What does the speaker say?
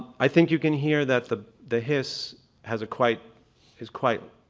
i think you can hear that the the hiss has a quite is quite